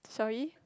sorry